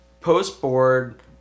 post-board